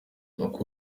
nk’uko